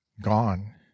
gone